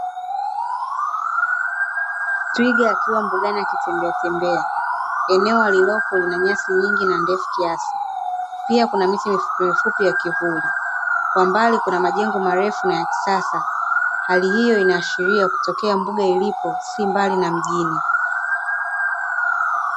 Twiga akiwa mbugani akitembeatembea, eneo alilopo lina nyasi nyingi na ndefu kiasi, pia kuna miti mifupimifupi ya kivuli. Kwa mbali kuna majengo marefu na ya kisasa, hali hiyo inaashiria kutokea mbuga ilipo, si mbali na mjini.